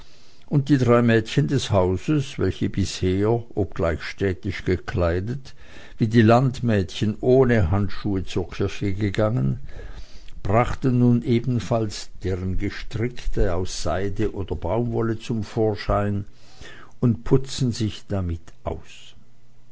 und die drei mädchen des hauses welche bisher obgleich städtisch gekleidet wie die landmädchen ohne handschuhe zur kirche gegangen brachten nun ebenfalls deren gestrickte aus seide oder baumwolle zum vorschein und putzten sich damit aus